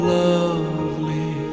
lovely